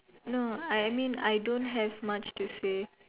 no I mean I don't have much to say